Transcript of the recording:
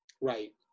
Right